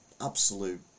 absolute